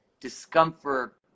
discomfort